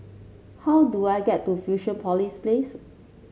how do I get to Fusionopolis Place